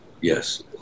Yes